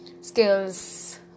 skills